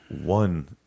One